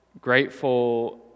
grateful